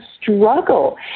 struggle